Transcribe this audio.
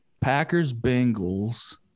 Packers-Bengals